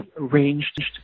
arranged